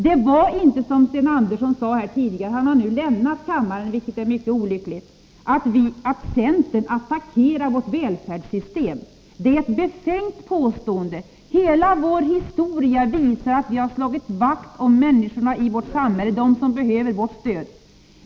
Det är inte så som Sten Andersson sade här tidigare — nu bar han lämnat kammaren, vilket är olyckligt — att centern attackerar vårt välfärdssystem. Det är ett befängt påstående. Hela vår historia visar att vi har slagit vakt om människorna i samhället, de som behöver vårt stöd.